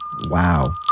Wow